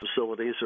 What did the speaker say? facilities